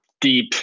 deep